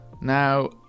Now